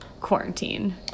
quarantine